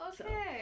okay